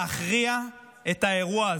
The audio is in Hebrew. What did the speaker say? להכריע את האירוע הזה.